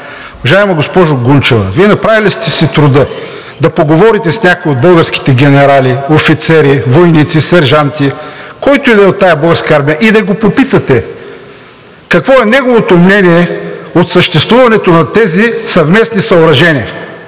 Уважаема госпожо Гунчева, Вие направили ли сте си труда да поговорите с някой от българските генерали, офицери, войници, сержанти, който и да е от тази Българска армия, и да го попитате какво е неговото мнение за съществуването на тези съвместни съоръжения